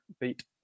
beat